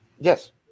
Yes